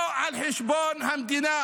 לא על חשבון המדינה,